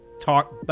talk